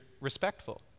respectful